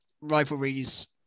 rivalries